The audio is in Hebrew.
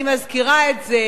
אני מזכירה את זה,